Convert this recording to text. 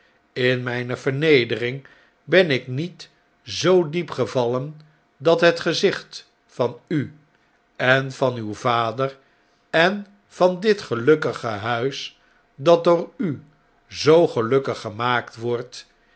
in myne vernedering ben ik niet zoo diep gevallen dat het gezicht van u en van uw vader en van dit gelukkig thuis dat door u zoo gelukkig gemaakt wordt